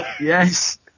Yes